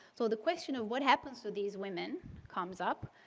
so the question of what happens to these women comes up.